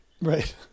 Right